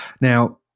now